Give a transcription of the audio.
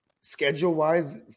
schedule-wise